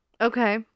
Okay